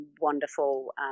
wonderful